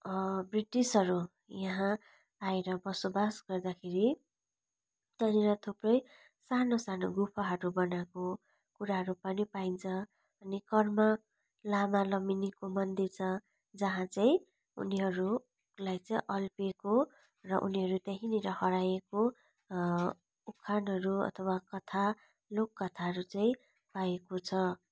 ब्रिटिसहरू यहाँ आएर बसोबास गर्दाखेरि त्यहाँनिर थुप्रै सानो सानो गुफाहरू बनाएको कुराहरू पनि पाइन्छ अनि कर्म लामा लमिनीको मन्दिर छ जहाँ चाहिँ उनीहरूलाई चाहिँ अल्पिएको र उनीहरू त्यहीँनिर हराएको उखानहरू अथवा कथा लोककथाहरू चाहिँ पाएको छ